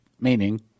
meaning